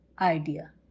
idea